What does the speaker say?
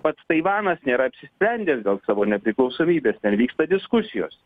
pats taivanas nėra apsisprendęs dėl savo nepriklausomybės ten vyksta diskusijos